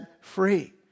free